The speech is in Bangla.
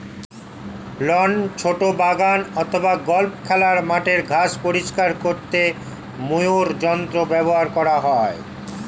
লন, ছোট বাগান অথবা গল্ফ খেলার মাঠের ঘাস পরিষ্কার করতে মোয়ার যন্ত্র ব্যবহার করা হয়